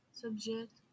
subject